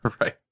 Right